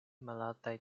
malaltaj